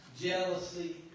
jealousy